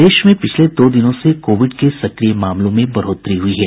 प्रदेश में पिछले दो दिनों से कोविड के सक्रिय मामलों में बढ़ोतरी हुई है